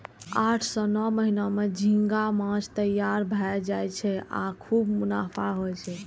आठ सं नौ महीना मे झींगा माछ तैयार भए जाय छै आ खूब मुनाफा होइ छै